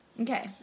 Okay